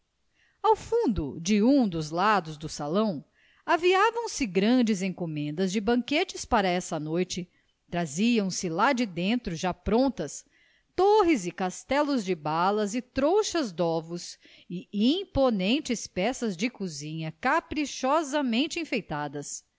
ao fundo de um dos lados do salão aviavam se grandes encomendas de banquetes para essa noite traziam se lá de dentro já prontas torres e castelos de balas e trouxas dovos e imponentes peças de cozinha caprichosamente enfeitadas